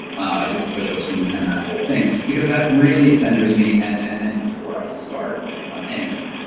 i do the pushups and and that whole thing because that really centers me and and and before i start anything